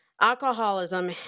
alcoholism